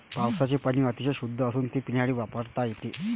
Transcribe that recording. पावसाचे पाणी अतिशय शुद्ध असून ते पिण्यासाठी वापरता येते